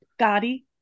Gotti